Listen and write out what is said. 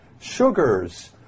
sugars